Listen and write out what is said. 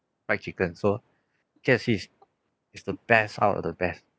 fried chicken so K_F_C's is the best out of the best